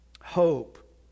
Hope